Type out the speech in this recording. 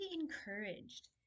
encouraged